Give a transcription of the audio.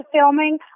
filming